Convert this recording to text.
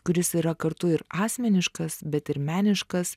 kuris yra kartu ir asmeniškas bet ir meniškas